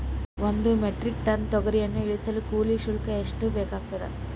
ಒಂದು metric ton ತೊಗರಿಯನ್ನು ಇಳಿಸಲು ಕೂಲಿ ಶುಲ್ಕ ಎಷ್ಟು ಬೇಕಾಗತದಾ?